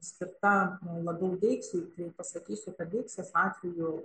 skirta mum labiau deiksei tai pasakysiu kad deiksės atveju